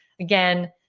Again